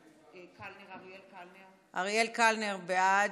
אריאל קלנר, בעד,